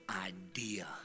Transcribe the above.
idea